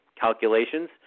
calculations